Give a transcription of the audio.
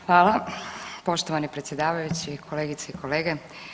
Hvala poštovani predsjedavajući, kolegice i kolege.